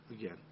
again